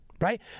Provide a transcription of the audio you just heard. right